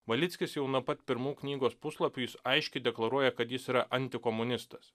valickis jau nuo pat pirmų knygos puslapių jis aiškiai deklaruoja kad jis yra antikomunistas